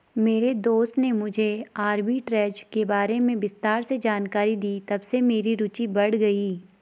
मेरे दोस्त ने मुझे आरबी ट्रेज़ के बारे में विस्तार से जानकारी दी तबसे मेरी रूचि बढ़ गयी